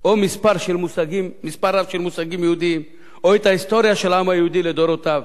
או מספר רב של מושגים יהודיים או את ההיסטוריה של העם היהודי לדורותיו,